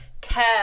care